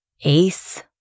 Ace